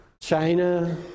China